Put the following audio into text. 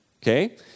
Okay